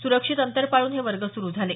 सुरक्षित अंतर पाळून हे वर्ग सुरू झाले